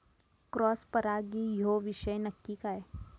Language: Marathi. क्रॉस परागी ह्यो विषय नक्की काय?